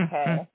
Okay